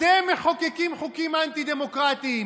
אתם מחוקקים חוקים אנטי-דמוקרטיים.